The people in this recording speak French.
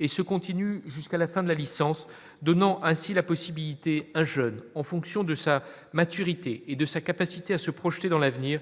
et se continue jusqu'à la fin de la licence, donnant ainsi la possibilité un jeune en fonction de sa maturité et de sa capacité à se projeter dans l'avenir